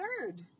third